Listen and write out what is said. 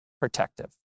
protective